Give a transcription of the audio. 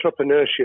entrepreneurship